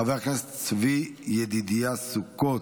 חבר הכנסת צבי ידידיה סוכות,